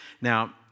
Now